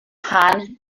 han